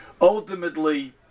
Ultimately